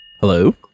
Hello